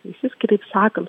išvis kitaip sakant